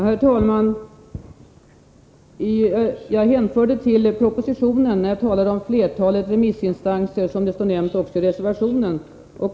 Herr talman! Jag hänvisade till propositionen när jag talade om ”flertalet remissinstanser”. Så står det också i reservationen.